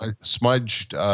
smudged